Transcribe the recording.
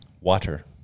Water